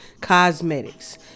cosmetics